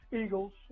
Eagles